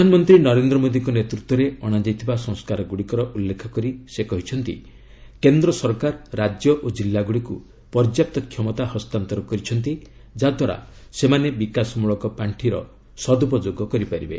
ପ୍ରଧାନମନ୍ତ୍ରୀ ନରେନ୍ଦ୍ର ମୋଦିଙ୍କ ନେତୃତ୍ୱରେ ଅଣାଯାଇଥିବା ସଂସ୍କାର ଗୁଡ଼ିକର ଉଲ୍ଲେଖ କରି ସେ କହିଛନ୍ତି କେନ୍ଦ୍ର ସରକାର ରାଜ୍ୟ ଓ କିଲ୍ଲାଗୁଡ଼ିକୁ ପର୍ଯ୍ୟାପ୍ତ କ୍ଷମତା ହସ୍ତାନ୍ତର କରିଛନ୍ତି ଯା'ଦ୍ୱାରା ସେମାନେ ବିକାଶମୂଳକ ପାର୍ଷିର ସଦୁପଯୋଗ କରିପାରିବେ